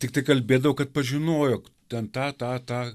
tik tai kalbėdavo kad pažinojo ten tą tą tą